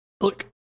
look